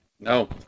No